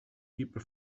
people